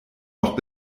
noch